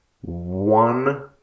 one